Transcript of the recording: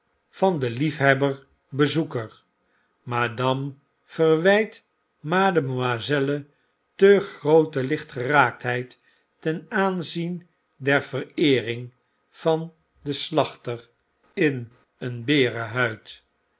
van den lief hebberbezoeker madame verwijtma'amselle te groote lichtgeraaktheid ten aanzien der vereering van een slachter in een